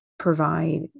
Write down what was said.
provide